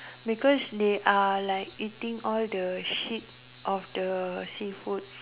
because they are like eating all the shit of the seafood